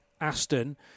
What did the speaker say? Aston